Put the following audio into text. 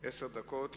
עשר דקות לרשותך.